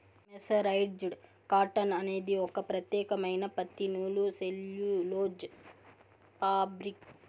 mercerised cotton అనేది ఒక ప్రత్యేకమైన పత్తి నూలు సెల్యులోజ్ ఫాబ్రిక్